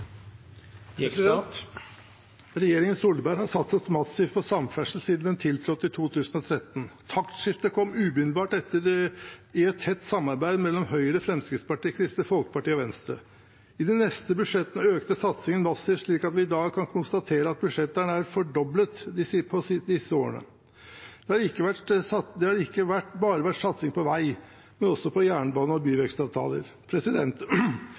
Regjeringen Solberg har satset massivt på samferdsel siden den tiltrådte i 2013. Taktskiftet kom umiddelbart i et tett samarbeid mellom Høyre, Fremskrittspartiet, Kristelig Folkeparti og Venstre. I de neste budsjettene økte satsingen drastisk, slik at vi i dag kan konstatere at budsjettet er nær fordoblet i løpet av disse årene. Det har ikke bare vært satsing på vei, men også på jernbane og byvekstavtaler.